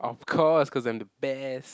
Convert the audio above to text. of course cause I'm the best